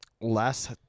last